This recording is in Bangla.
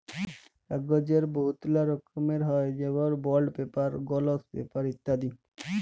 কাগ্যজের বহুতলা রকম হ্যয় যেমল বল্ড পেপার, গলস পেপার ইত্যাদি